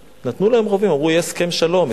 אמרו: יהיה הסכם שלום,